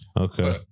Okay